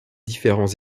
différents